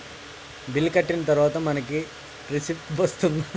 Bill కట్టిన తర్వాత మనకి రిసీప్ట్ వస్తుందా?